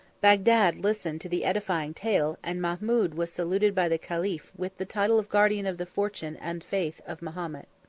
bagdad listened to the edifying tale and mahmud was saluted by the caliph with the title of guardian of the fortune and faith of mahomet.